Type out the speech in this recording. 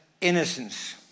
innocence